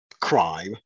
crime